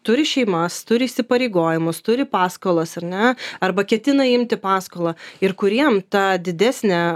turi šeimas turi įsipareigojimus turi paskolas ar ne arba ketina imti paskolą ir kuriem ta didesnė